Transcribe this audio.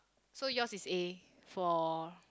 so yours is A for